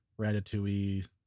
Ratatouille